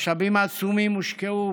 משאבים עצומים הושקעו